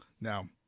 Now